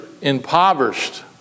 impoverished